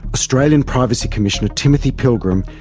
australian privacy commissioner, timothy pilgrim,